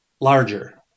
larger